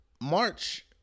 March –